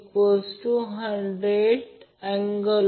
43 120° म्हणून ते अँगल 6